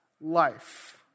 life